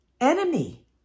enemy